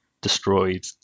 destroyed